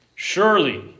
Surely